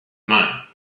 mine